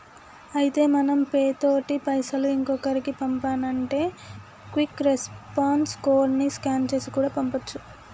అయితే మనం ఫోన్ పే తోటి పైసలు ఇంకొకరికి పంపానంటే క్విక్ రెస్పాన్స్ కోడ్ ని స్కాన్ చేసి కూడా పంపొచ్చు